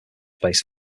space